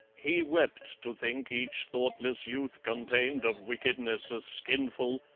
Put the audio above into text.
he wept to think each thoughtless youth contained of wickedness a skinful,